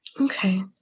okay